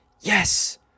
Yes